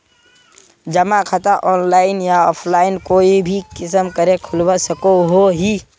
जमा खाता ऑनलाइन या ऑफलाइन कोई भी किसम करे खोलवा सकोहो ही?